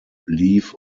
leave